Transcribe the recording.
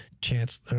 Chance